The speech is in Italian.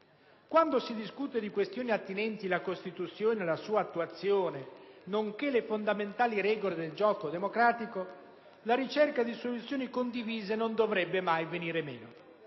Quando si discute di questioni attinenti alla Costituzione e alla sua attuazione, nonché alle fondamentali regole del gioco democratico, la ricerca di soluzioni condivise non dovrebbe mai venire meno.